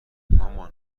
مامان